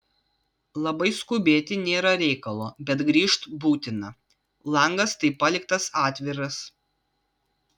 labai skubėti nėra reikalo bet grįžt būtina langas tai paliktas atviras